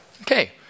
Okay